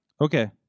Okay